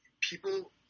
people